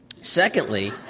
Secondly